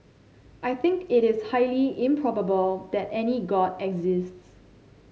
I think it is highly improbable that any god exists